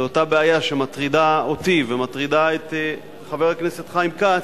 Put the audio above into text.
אותה בעיה שמטרידה אותי ומטרידה את חבר הכנסת חיים כץ,